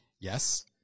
Yes